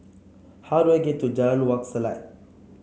how do I get to Jalan Wak Selat